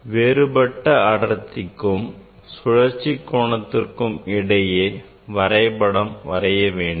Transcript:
வேறுபட்ட அடர்த்திக்கும் சுழற்சி கோணத்திற்கு இடையே வரைபடம் வரைய வேண்டும்